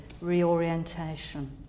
reorientation